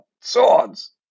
swords